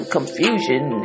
Confusion